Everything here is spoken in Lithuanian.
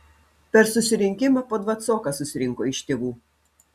per susirinkimą po dvacoką susirinko iš tėvų